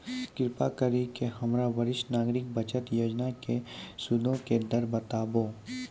कृपा करि के हमरा वरिष्ठ नागरिक बचत योजना के सूदो के दर बताबो